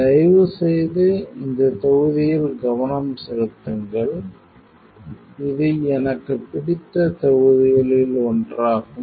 தயவுசெய்து இந்த தொகுதியில் கவனம் செலுத்துங்கள் இது எனக்குப் பிடித்த தொகுதிகளில் ஒன்றாகும்